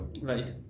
Right